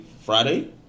Friday